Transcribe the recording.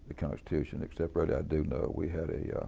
but constitution, except really i do know. we had a